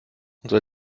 unsere